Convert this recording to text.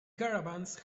caravans